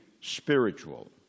spiritual